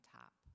top